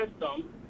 system